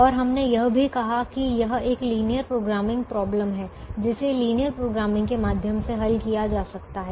और हमने यह भी कहा कि यह एक लीनियर प्रोग्रामिंग समस्या है जिसे लीनियर प्रोग्रामिंग के माध्यम से हल किया जा सकता है